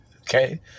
Okay